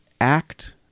act